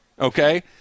Okay